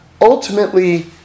ultimately